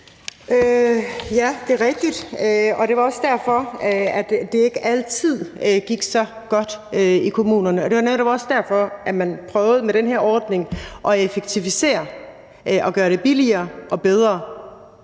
Det er rigtigt. Det var også derfor, det ikke altid gik så godt i kommunerne. Det var netop også derfor, man med den her ordning prøvede at effektivisere og gøre det billigere og bedre.